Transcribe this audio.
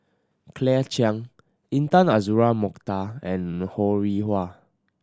Claire Chiang Intan Azura Mokhtar and Ho Rih Hwa